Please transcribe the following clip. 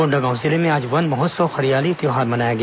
कोंडागांव जिले मे आज वन महोत्सव हरियाली त्योहार मनाया गया